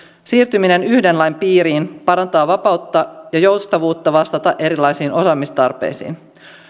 siirtyminen yhden lain piiriin parantaa vapautta ja joustavuutta vastata erilaisiin osaamistarpeisiin